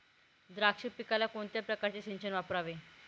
द्राक्ष पिकाला कोणत्या प्रकारचे सिंचन वापरावे?